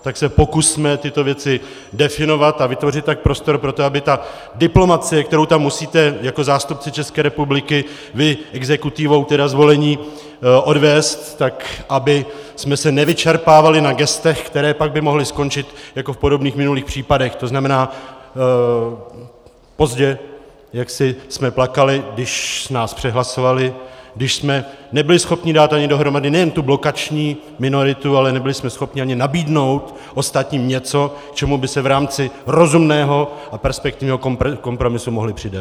Tak se pokusme tyto věci definovat a vytvořit prostor pro to, aby ta diplomacie, kterou tam musíte jako zástupci České republiky, vy exekutivou tedy zvolení, odvést, tak abychom se nevyčerpávali na gestech, která by pak mohla skončit jako v podobných minulých případech, to znamená, pozdě jaksi jsme plakali, když nás přehlasovali, když jsme nebyli schopni dát dohromady nejen tu blokační minoritu, ale nebyli jsme schopni ani nabídnout ostatním něco, k čemu by se v rámci rozumného a perspektivního kompromisu mohli přidat.